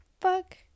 fuck